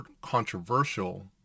controversial